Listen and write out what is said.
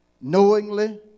knowingly